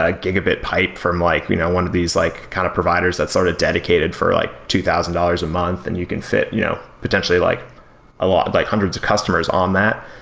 ah gigabyte pipe from like you know one of these like kind of providers that's sort of dedicated for like two thousand dollars a month and you can fit you know potentially like a lot, like hundreds of customers on that,